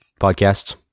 Podcasts